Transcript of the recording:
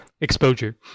exposure